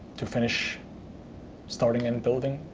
to finish starting and building.